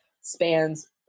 spans